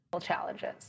Challenges